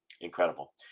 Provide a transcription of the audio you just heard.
Incredible